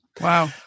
Wow